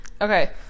okay